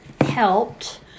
helped